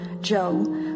Joe